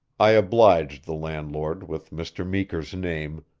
i obliged the landlord with mr. meeker's name,